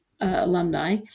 alumni